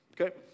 Okay